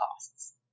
costs